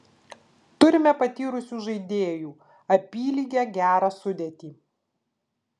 turime patyrusių žaidėjų apylygę gerą sudėtį